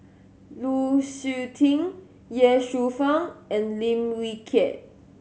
Lu Suitin Ye Shufang and Lim Wee Kiak